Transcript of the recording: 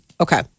Okay